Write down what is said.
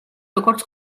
როგორც